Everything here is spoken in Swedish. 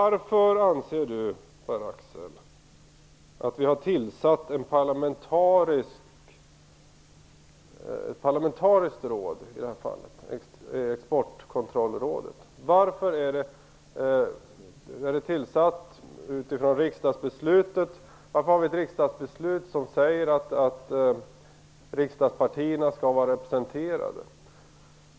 Varför, anser Pär-Axel Sahlberg, har vi tillsatt ett parlamentariskt råd i det här fallet - Exportkontrollrådet? Varför har vi ett riksdagsbeslut som säger att riksdagspartierna skall vara representerade?